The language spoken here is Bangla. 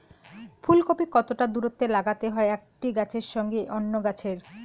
ফুলকপি কতটা দূরত্বে লাগাতে হয় একটি গাছের সঙ্গে অন্য গাছের?